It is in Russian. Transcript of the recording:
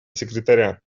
секретаря